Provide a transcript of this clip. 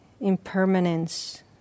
impermanence